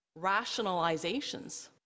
rationalizations